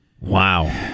Wow